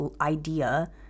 idea